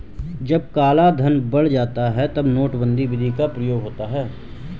जब कालाधन बढ़ जाता है तब नोटबंदी विधि का प्रयोग होता है